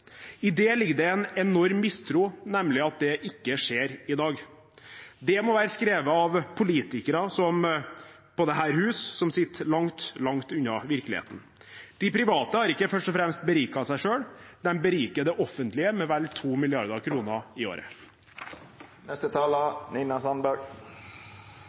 I det ligger det en enorm mistro, nemlig at det ikke skjer i dag. Det må være skrevet av politikere i dette huset som sitter langt unna virkeligheten. De private har ikke først og fremst beriket seg selv; de beriker det offentlige med vel 2 mrd. kr i